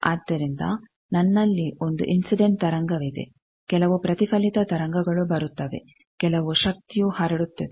ಆದ್ದರಿಂದ ನನ್ನಲ್ಲಿ ಒಂದು ಇನ್ಸಿಡೆಂಟ್ ತರಂಗವಿದೆ ಕೆಲವು ಪ್ರತಿಫಲಿತ ತರಂಗಗಳು ಬರುತ್ತವೆ ಕೆಲವು ಶಕ್ತಿಯು ಹರಡುತ್ತದೆ